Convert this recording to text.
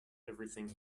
everything